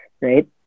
right